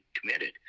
committed